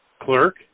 clerk